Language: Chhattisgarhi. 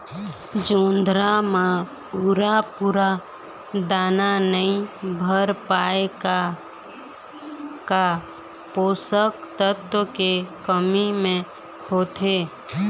जोंधरा म पूरा पूरा दाना नई भर पाए का का पोषक तत्व के कमी मे होथे?